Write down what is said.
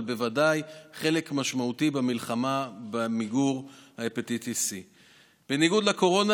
אבל בוודאי זה חלק משמעותי במלחמה במיגור ההפטיטיס C. בניגוד לקורונה,